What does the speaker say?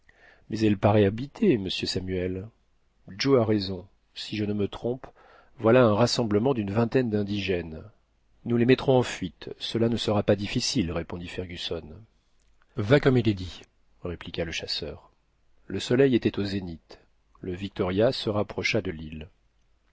mais elle paraît habitée monsieur samuel joe a raison si je ne me trompe voilà un rassemblement d'une vingtaine d'indigènes nous les mettrons en fuite cela ne sera pas difficile répondit fergusson va comme il est dit répliqua le chasseur le soleil était au zénith le victoria se rapprocha de l'île